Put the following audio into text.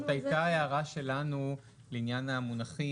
זאת הייתה הערה שלנו לעניין המונחים.